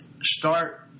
start